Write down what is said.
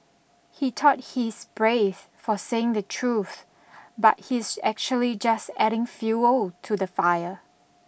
he thought he's brave for saying the truth but he's actually just adding fuel to the fire